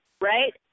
Right